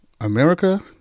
America